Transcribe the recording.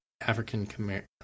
African